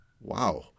Wow